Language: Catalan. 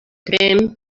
tremp